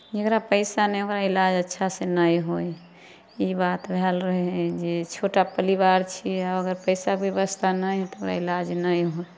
जकरा पैसा नहि हइ ओकरा इलाज अच्छासँ नहि होइ हइ ई बात भेल रहै जे छोटा परिवार छी अगर पैसाके व्यवस्था नहि हइ तऽ ओकरा इलाज नहि होत